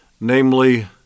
namely